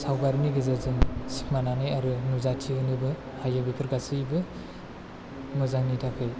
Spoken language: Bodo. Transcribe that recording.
सावगारिनि गेजेरजों सिखोमानानै आरो नुजाथि होनोबो हायो बेफोर गासैबो मोजांनि थाखै